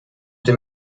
dem